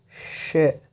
شےٚ